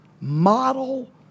model